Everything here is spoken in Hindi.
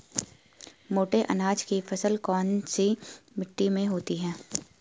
मोटे अनाज की फसल कौन सी मिट्टी में होती है?